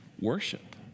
Worship